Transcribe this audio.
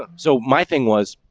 ah so my thing was,